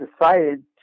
decided